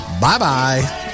Bye-bye